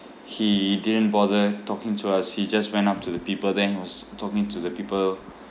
he didn't bother talking to us he just went up to the people then he was talking to the people